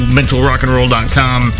mentalrockandroll.com